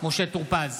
משה טור פז,